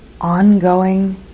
ongoing